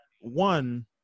one